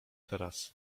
teraz